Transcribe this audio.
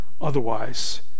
otherwise